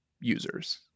users